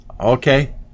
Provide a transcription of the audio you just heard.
Okay